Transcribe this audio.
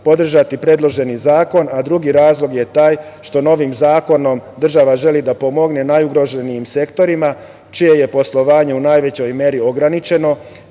podržati predloženi zakon, a drugi razlog je taj što novim zakonom država želi da pomogne najugroženijim sektorima, čije je poslovanje u najvećoj meri ograničeno